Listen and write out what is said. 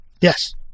Yes